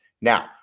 Now